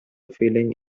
feeling